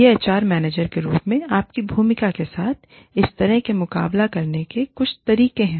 ये HR manager के रूप में आपकी भूमिका के साथ इस तरह से मुकाबला करने के कुछ तरीके हैं